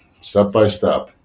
step-by-step